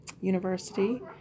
University